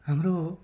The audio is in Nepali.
हाम्रो